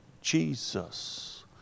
Jesus